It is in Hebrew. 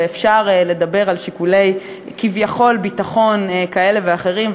ואפשר לדבר על שיקולי כביכול ביטחון כאלה ואחרים,